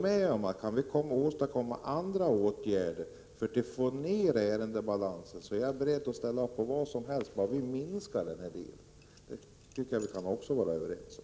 Men kan vi åstadkomma andra åtgärder för att få ner ärendebalansen, så är jag beredd att ställa upp på vad som helst. Det tycker jag också vi kan vara överens om.